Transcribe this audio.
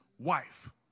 wife